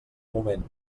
moment